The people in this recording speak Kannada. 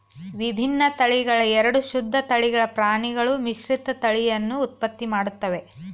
ವಿಭಿನ್ನ ತಳಿಗಳ ಎರಡು ಶುದ್ಧ ತಳಿಗಳ ಪ್ರಾಣಿಗಳು ಮಿಶ್ರತಳಿಯನ್ನು ಉತ್ಪತ್ತಿ ಮಾಡ್ತವೆ